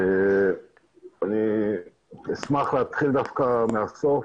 אני אשמח להתחיל דווקא מהסוף,